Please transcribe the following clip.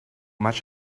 much